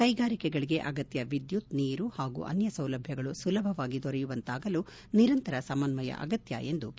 ಕೈಗಾರಿಕೆಗಳಿಗೆ ಅಗತ್ಯ ವಿದ್ಯುತ್ ನೀರು ಹಾಗೂ ಅನ್ಯ ಸೌಲಭ್ಯಗಳು ಸುಲಭವಾಗಿ ದೊರೆಯುವಂತಾಗಲು ನಿರಂತರ ಸಮನ್ವಯ ಅಗತ್ಯ ಎಂದು ಕೆ